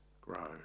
grow